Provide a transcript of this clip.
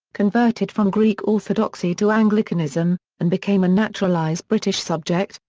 converted from greek orthodoxy to anglicanism, and became a naturalised british subject,